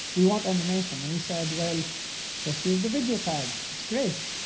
we want animation. and we said, well just use the video tag. it's great.